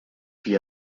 qui